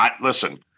Listen